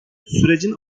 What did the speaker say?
sürecin